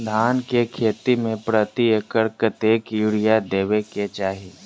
धान केँ खेती मे प्रति एकड़ कतेक यूरिया देब केँ चाहि?